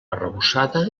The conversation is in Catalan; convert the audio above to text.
arrebossada